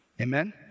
Amen